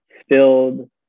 spilled